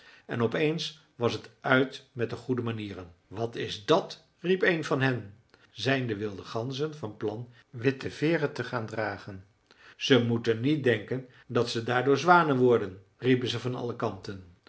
en op eens was het uit met de goede manieren wat is dat riep een van hen zijn de wilde ganzen van plan witte veeren te gaan dragen ze moeten niet denken dat ze daardoor zwanen worden riepen ze van alle kanten